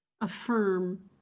affirm